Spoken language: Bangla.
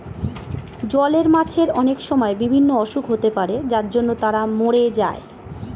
জলের মাছের অনেক সময় বিভিন্ন অসুখ হতে পারে যার জন্য তারা মোরে যায়